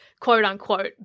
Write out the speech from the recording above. quote-unquote